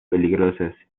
peligrosas